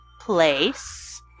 place